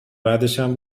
بعدشم